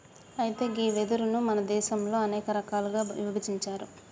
అయితే గీ వెదురును మన దేసంలో అనేక రకాలుగా ఇభజించారు